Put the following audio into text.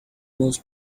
most